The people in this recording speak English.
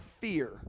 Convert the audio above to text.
fear